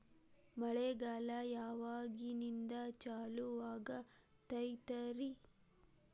ಮಳೆಗಾಲ ಯಾವಾಗಿನಿಂದ ಚಾಲುವಾಗತೈತರಿ?